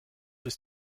ist